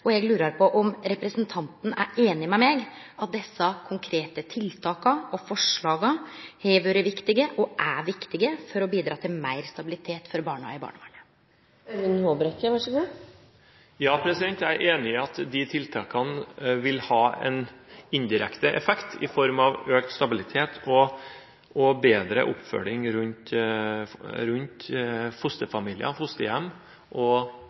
og eg lurar på om representanten er einig med meg i at desse konkrete tiltaka og forslaga har vore viktige og er viktige for å bidra til meir stabilitet for barna i barnevernet. Jeg er enig i at de tiltakene vil ha en indirekte effekt i form av økt stabilitet og bedre oppfølging rundt fosterfamilier, fosterhjem og